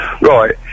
Right